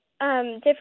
different